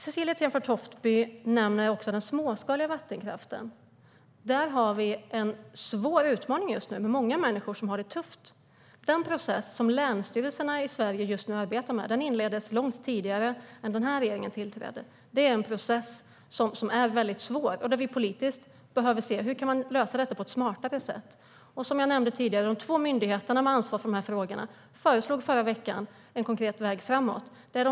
Cecilie Tenfjord-Toftby nämner också den småskaliga vattenkraften. Där har vi en svår utmaning just nu med många människor som har det tufft. Den process länsstyrelserna i Sverige just nu arbetar med inleddes långt innan den här regeringen tillträdde, och det är en process som är väldigt svår. Vi behöver politiskt se hur vi kan lösa detta på ett smartare sätt. Som jag nämnde tidigare föreslog de två myndigheterna med ansvar för de här frågorna i förra veckan en konkret väg framåt.